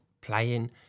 playing